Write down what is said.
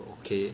oh okay